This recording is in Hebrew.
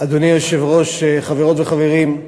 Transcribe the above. אדוני היושב-ראש, חברות וחברים,